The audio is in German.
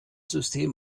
system